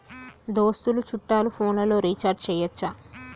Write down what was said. దోస్తులు చుట్టాలు ఫోన్లలో రీఛార్జి చేయచ్చా?